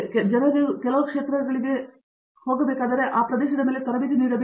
ಹಾಗಾಗಿ ಜನರಿಗೆ ಕೆಲವು ಕ್ಷೇತ್ರಗಳಿಗೆ ಆ ಪ್ರದೇಶದ ಮೇಲೆ ತರಬೇತಿ ನೀಡಬೇಕಾದ ಅಗತ್ಯವಿದೆ